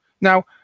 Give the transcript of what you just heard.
Now